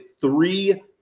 three